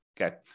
okay